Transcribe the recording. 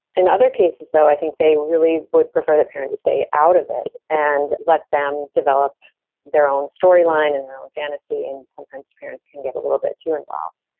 in other cases, though, i think they really would prefer that parents stay out of it and let them develop their own storyline and their own fantasy. and sometimes parents can get a little bit too involved.